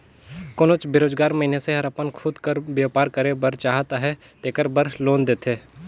कोनोच बेरोजगार मइनसे हर अपन खुद कर बयपार करे बर चाहत अहे तेकर बर लोन देथे